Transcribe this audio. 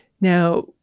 now